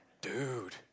dude